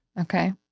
Okay